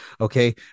okay